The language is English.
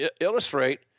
illustrate